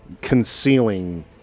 concealing